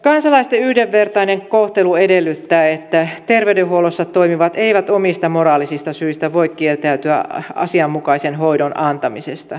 kansalaisten yhdenvertainen kohtelu edellyttää että terveydenhuollossa toimivat eivät omista moraalisista syistä voi kieltäytyä asianmukaisen hoidon antamisesta